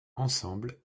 ensemble